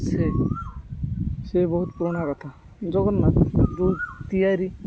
ସେ ସେ ବହୁତ ପୁରୁଣା କଥା ଜଗନ୍ନାଥ ଯେଉଁ ତିଆରି